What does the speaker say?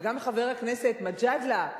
גם חבר הכנסת מג'אדלה.